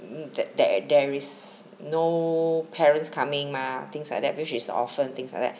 mm that there there is no parents coming mah things like that then she's a orphan things like that